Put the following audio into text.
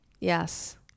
Yes